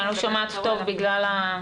כי אני לא שומעת טוב בגלל המסכה.